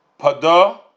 Pada